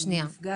השרה